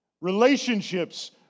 Relationships